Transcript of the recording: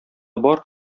бар